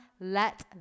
Let